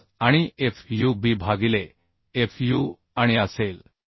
25 आणि fub भागिले fu आणि असेल